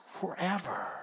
forever